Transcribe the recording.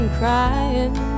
crying